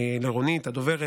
לרונית הדוברת